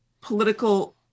political